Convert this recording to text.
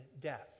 death